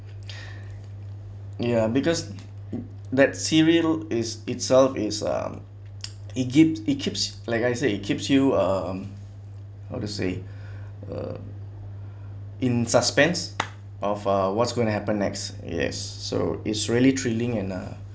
ya because that series is itself is um it gives it keeps like I said it keeps you um how to say uh in suspense of a what's going to happen next yes so is really thrilling and uh